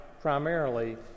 primarily